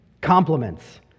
Compliments